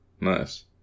Nice